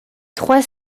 trois